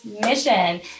mission